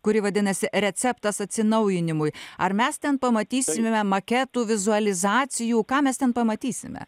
kuri vadinasi receptas atsinaujinimui ar mes ten pamatysime maketų vizualizacijų ką mes ten pamatysime